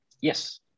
Yes